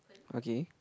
okay